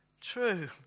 true